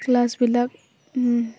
ক্লাছবিলাক